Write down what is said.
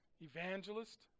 evangelist